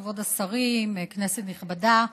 כבוד השרים, כנסת נכבדה,